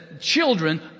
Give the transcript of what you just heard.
children